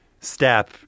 step